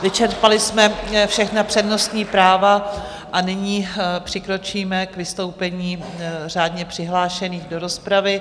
Vyčerpali jsme všechna přednostní práva a nyní přikročíme k vystoupení řádně přihlášených do rozpravy.